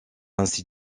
ainsi